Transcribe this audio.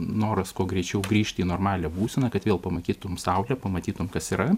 noras kuo greičiau grįžti į normalią būseną kad vėl pamatytum saulę pamatytum kas yra